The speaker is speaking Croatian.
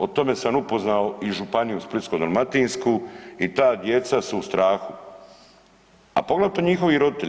O tome sam upoznao i Županiju splitsko-dalmatinsku i ta djeca su u strahu, a poglavito njihovi roditelji.